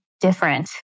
different